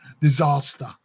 Disaster